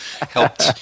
helped